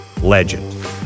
legend